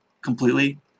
completely